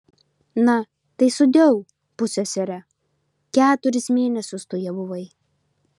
na tai sudieu pussesere keturis mėnesius tu ja buvai